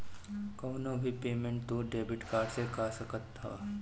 कवनो भी पेमेंट तू डेबिट कार्ड से कअ सकत हवअ